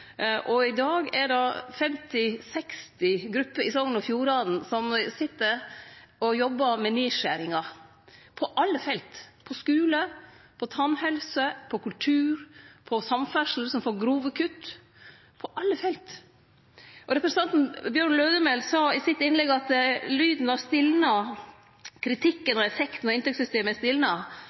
behalde. I dag er det 50–60 grupper i Sogn og Fjordane som sit og jobbar med nedskjeringar på alle felt – på skule, på tannhelse, på kultur, på samferdsel, som får grove kutt – på alle felt. Representanten Bjørn Lødemel sa i sitt innlegg at lyden var stilna, at kritikken av effekten av inntektssystemet var stilna. Eg veit ikkje om det er